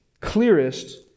clearest